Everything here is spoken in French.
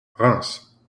reims